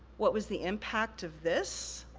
what was the impact of this?